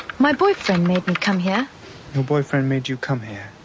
my boyfriend made me come here your boyfriend made you come here?